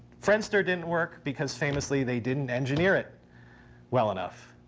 friendster didn't work because, famously, they didn't engineer it well enough.